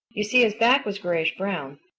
you see his back was grayish-brown.